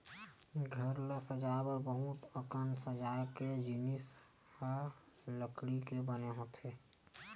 घर ल सजाए बर बहुत अकन सजाए के जिनिस ह लकड़ी के बने होथे